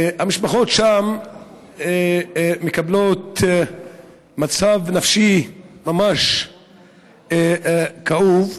המשפחות שם במצב נפשי ממש כאוב,